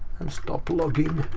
and stop logging.